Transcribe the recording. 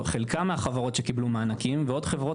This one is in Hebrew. או חלקם חברות שקיבלו מענקים ועוד חברות